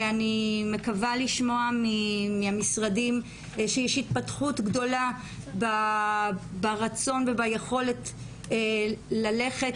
אני מקווה לשמוע מהמשרדים שיש התפתחות גדולה ברצון וביכולת ללכת